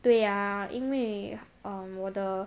对 ah 因为 err 我的